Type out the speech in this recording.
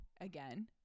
again